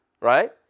Right